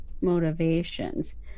motivations